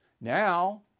Now